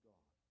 God